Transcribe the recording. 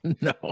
no